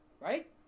right